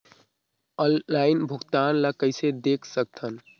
Online भुगतान ल कइसे देख सकथन?